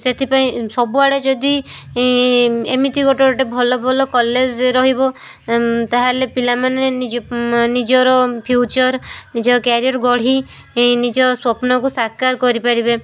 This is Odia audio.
ସେଥିପାଇଁ ସବୁଆଡ଼େ ଯଦି ଏମିତି ଗୋଟେ ଗୋଟେ ଭଲ ଭଲ କଲେଜ ରହିବ ତା'ହେଲେ ପିଲାମାନେ ନିଜର ଫ୍ୟୁଚର୍ ନିଜ କ୍ୟାରିୟର ଗଢ଼ି ନିଜ ସ୍ୱପ୍ନକୁ ସାକାର କରିପାରିବେ